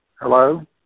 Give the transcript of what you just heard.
Hello